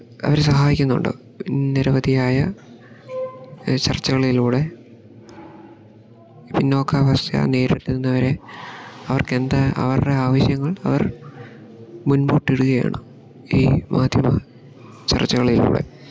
അവരെ സഹായിക്കുന്നുണ്ട് നിരവധിയായ ചർച്ചകളിലൂടെ പിന്നോക്ക അവസ്ഥയെ നേരിടുന്നവരെ അവർക്കെന്താ അവരുടെ ആവശ്യങ്ങൾ അവർ മുൻപോട്ടിടുകയാണ് ഈ മാധ്യമ ചർച്ചകളിലൂടെ